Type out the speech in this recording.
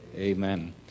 Amen